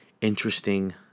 interesting